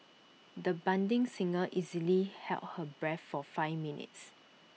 the budding singer easily held her breath for five minutes